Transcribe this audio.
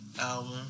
album